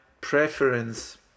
preference